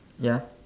ya